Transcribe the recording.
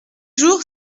jour